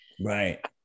Right